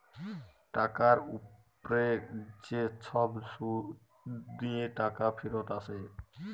টাকার উপ্রে যে ছব সুদ দিঁয়ে টাকা ফিরত আসে